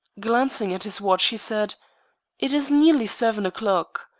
glancing at his watch he said it is nearly seven o'clock.